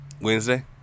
Wednesday